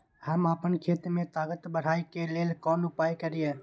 हम आपन खेत के ताकत बढ़ाय के लेल कोन उपाय करिए?